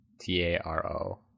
T-A-R-O